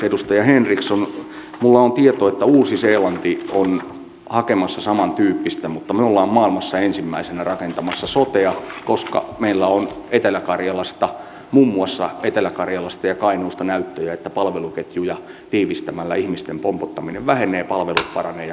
edustaja henriksson minulla on tieto että uusi seelanti on hakemassa samantyyppistä mutta me olemme maailmassa ensimmäisenä rakentamassa sotea koska meillä on muun muassa etelä karjalasta ja kainuusta näyttöjä että palveluketjuja tiivistämällä ihmisten pompottaminen vähenee palvelut paranevat ja kustannukset pysyvät kurissa